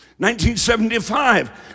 1975